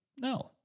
No